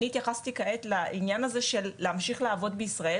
אני התייחסתי כעת לעניין הזה של להמשיך לעבוד בישראל